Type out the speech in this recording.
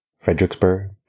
Fredericksburg